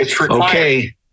okay